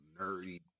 nerdy